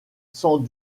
sans